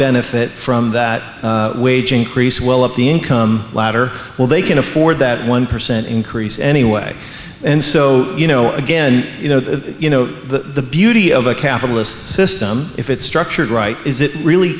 benefit from that wage increase well up the income ladder well they can afford that one percent increase anyway and so you know again you know that you know the beauty of a capitalist system if it's structured right is it really